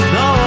no